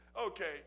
okay